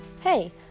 Hey